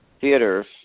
theaters